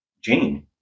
jane